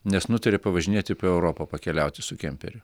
nes nutarė pavažinėti po europą pakeliauti su kemperiu